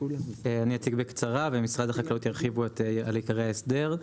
אני אציג בקצרה ומשרד החקלאות ירחיבו את עיקרי ההסדר.